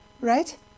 right